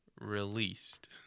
released